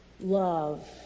love